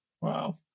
Wow